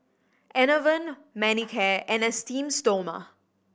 Enervon Manicare and Esteem Stoma